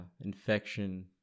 infection